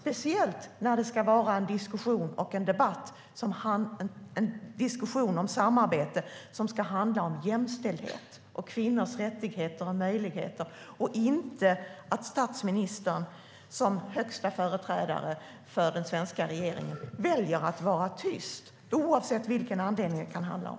Det gäller speciellt när det är en diskussion om samarbete som ska handla om jämställdhet och kvinnors rättigheter och möjligheter. Jag hoppas att statsministern som högsta företrädare för den svenska regeringen inte väljer att vara tyst oavsett vilken anledning det kan handla om.